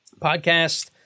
podcast